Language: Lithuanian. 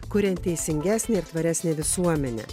kuriant teisingesnę ir tvaresnę visuomenę